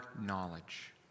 knowledge